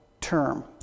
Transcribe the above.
term